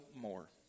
more